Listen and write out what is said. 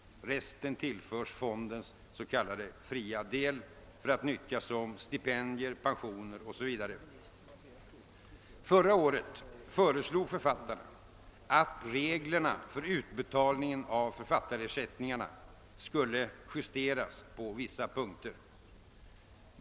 Resten tillförs fondens s.k. fria del för att nyttjas som stipendier och pensioner etc. Förra året föreslog författarna att reglerna för utbetalning av författarersättningarna skulle justeras på vissa punkter.